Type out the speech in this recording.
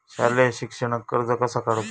शालेय शिक्षणाक कर्ज कसा काढूचा?